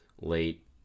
late